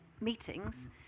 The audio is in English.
meetings